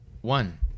One